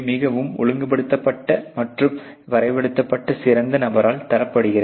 மிகவும் ஒழுங்குபடுத்தப்பட்ட மற்றும் வரைபடத்தை சிறந்த நபரால் தரப்படுகிறது